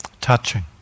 touching